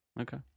Okay